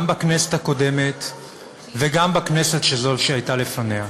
גם בכנסת הקודמת וגם בכנסת שהייתה לפניה.